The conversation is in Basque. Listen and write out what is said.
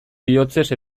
bihotzez